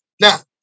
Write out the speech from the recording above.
Now